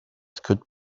could